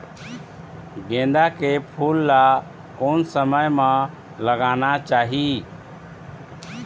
गेंदा के फूल ला कोन समय मा लगाना चाही?